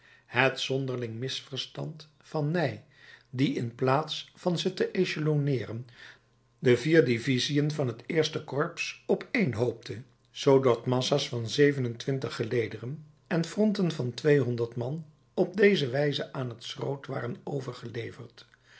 het zonderling misverstand van ney die in plaats van ze te echelonneeren de vier divisiën van het eerste corps opeenhoopte zoodat massa's van zevenentwintig gelederen en fronten van tweehonderd man op deze wijze aan het schroot waren overgeleverd